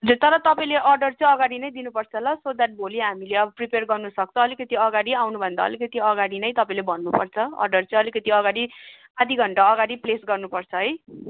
तर तपाईँले अर्डर चाहिँ अगाडि नै दिनुपर्छ ल सो द्याट भोलि हामीले अब प्रिपेयर गर्नु सक्छ अलिकति अगाडि आउनु भयो भने त अलिकति अगाडि नै तपाईँले भन्नुपर्छ अर्डर चाहिँ अलिकति अगाडि आधी घन्टा अगाडि प्लेस गर्नुपर्छ है